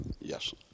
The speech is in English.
Yes